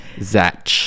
Zach